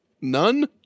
None